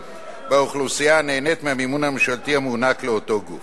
באוכלוסייה הנהנית מהמימון הממשלתי המוענק לאותו גוף.